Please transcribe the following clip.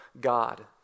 God